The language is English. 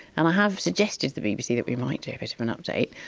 and i have suggested to the bbc that we might do a bit of an update.